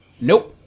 Nope